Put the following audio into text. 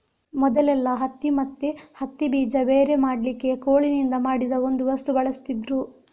ಮೊದಲೆಲ್ಲಾ ಹತ್ತಿ ಮತ್ತೆ ಹತ್ತಿ ಬೀಜ ಬೇರೆ ಮಾಡ್ಲಿಕ್ಕೆ ಕೋಲಿನಿಂದ ಮಾಡಿದ ಒಂದು ವಸ್ತು ಬಳಸ್ತಿದ್ರು